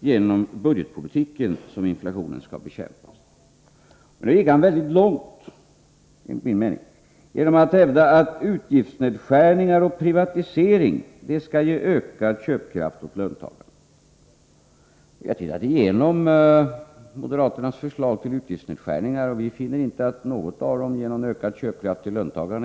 genom budgetpolitiken som inflationen skall bekämpas. Han gick väldigt långt, enligt min mening, genom att hävda att utgiftsnedskärningar och privatisering skulle ge ökad köpkraft åt löntagarna. Vi har tittat igenom moderaternas förslag till utgiftsnedskärningar, och vi finner inte att något av dem ger någon ökad köpkraft till löntagarna.